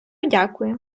дякую